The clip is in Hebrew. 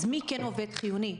אז מי כן עובד חיוני?